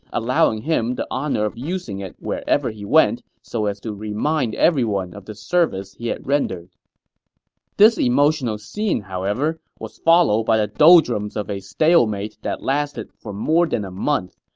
allowing him the honor of using it wherever he went so as to remind everyone of the service he had rendered this emotional scene, however, was followed by the doldrums of a stalemate that lasted more than a month,